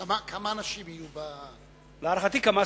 כמה אנשים יהיו, להערכתי, כמה עשרות.